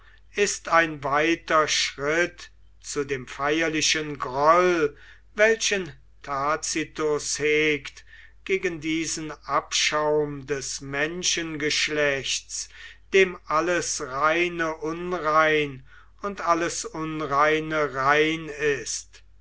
ist ein weiter schritt zu dem feierlichen groll welchen tacitus hegt gegen diesen abschaum des menschengeschlechts dem alles reine unrein und alles unreine rein ist